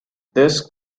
this